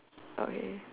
okay